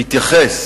המתייחס